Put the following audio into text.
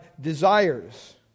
desires